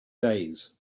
days